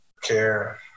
care